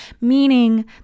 meaning